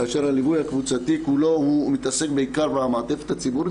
כאשר הליווי הקבוצתי כולו מתעסק בעיקר במעטפת הציבורית